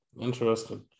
interesting